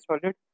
solid